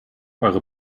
eure